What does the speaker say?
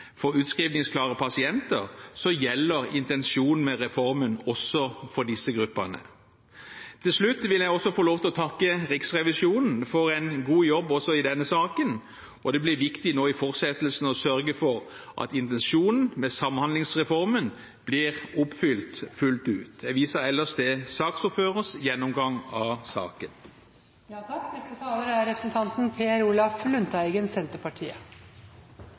for utskrivningsklare pasienter, gjelder intensjonen med reformen også for disse gruppene. Til slutt vil jeg få takke Riksrevisjonen for en god jobb også i denne saken. Det blir viktig i fortsettelsen å sørge for at intensjonen med samhandlingsreformen blir oppfylt fullt ut. Jeg viser ellers til saksordførerens gjennomgang av